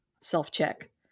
self-check